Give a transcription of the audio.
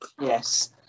Yes